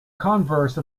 converse